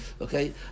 Okay